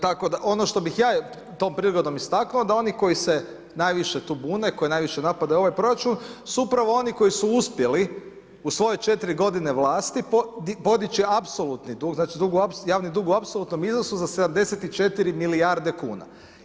Tako da, ono što bih ja tom prigodom istaknuo da oni koji se najviše tu bune koji najviše napadaju ovaj proračun su upravo oni koji su uspjeli u svoje 4 godine vlasti podići apsolutni dug, znači javni dug u apsolutnom iznosu za 74 milijarde kuna.